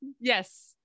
yes